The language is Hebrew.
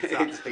רוצים.